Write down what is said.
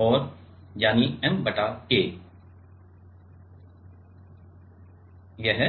और यानी M बटा K यह